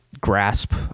grasp